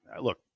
look